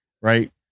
Right